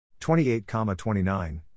28,29